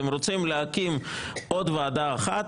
אתם רוצים להקים עוד ועדה אחת?